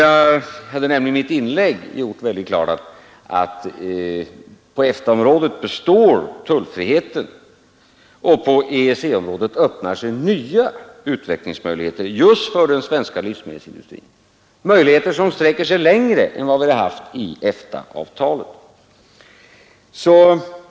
Jag har i mitt inlägg gjort fullt klart att på EFTA-området består tullfriheten, och på EEC-området öppnar sig nya utvecklingsmöjligheter just för den svenska livsmedelsindustrin, möjligheter som sträcker sig längre än dem vi haft i EFTA-avtalet.